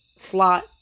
slot